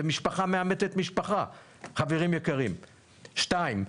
זה משפחה מאמצת משפחה חברים יקרים, שתיים.